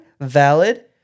Valid